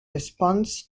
responds